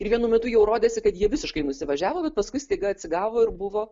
ir vienu metu jau rodėsi kad jie visiškai nusivažiavo bet paskui staiga atsigavo ir buvo